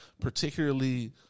particularly